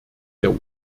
der